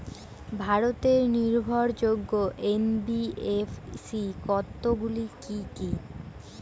ভারতের নির্ভরযোগ্য এন.বি.এফ.সি কতগুলি কি কি?